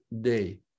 day